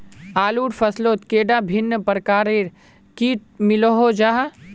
आलूर फसलोत कैडा भिन्न प्रकारेर किट मिलोहो जाहा?